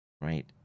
right